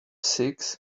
six